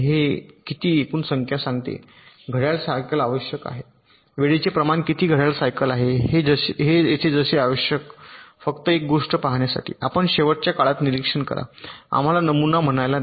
हे किती एकूण संख्या सांगते घड्याळ सायकल आवश्यक आहेत वेळेचे प्रमाण किती घड्याळ सायकल आहे हे येथे जसे आवश्यक फक्त एक गोष्ट पहाण्यासाठी आपण शेवटच्या काळात निरीक्षण करा आम्हाला नमुना म्हणायला द्या